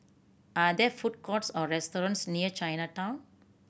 are there food courts or restaurants near Chinatown